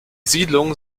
siedlung